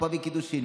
חופה וקידושין,